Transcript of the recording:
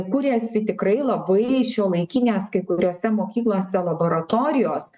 kuriasi tikrai labai šiuolaikinės kai kuriose mokyklose laboratorijos